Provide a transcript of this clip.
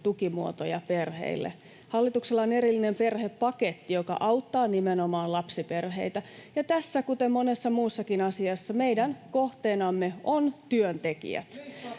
tukimuotoja perheille. Hallituksella on erillinen perhepaketti, joka auttaa nimenomaan lapsiperheitä, ja tässä, kuten monessa muussakin asiassa, meidän kohteenamme ovat työntekijät.